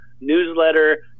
newsletter